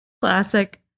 classic